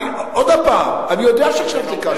עוד הפעם, אני יודע שעכשיו זה קל שהוא מצא.